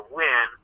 win